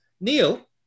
Neil